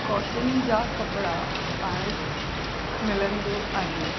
cotton जा कपड़ा पाइण मिलंदो आहे